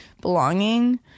belonging